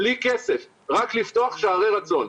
בלי כסף, רק לפתוח שערי רצון.